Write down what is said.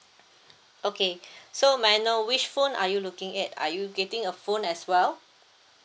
okay so may I know which phone are you looking at are you getting a phone as well